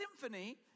symphony